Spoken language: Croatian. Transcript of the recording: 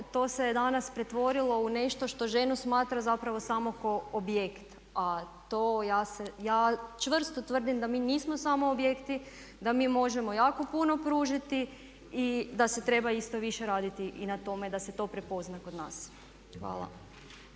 to se danas pretvorilo u nešto što ženu smatra zapravo samo kao objekt. A to ja čvrsto tvrdim da mi nismo samo objekti, da mi možemo jako puno pružiti i da se treba isto više raditi i na tome da se to prepozna kod nas. Hvala.